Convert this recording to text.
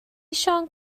siôn